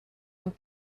amb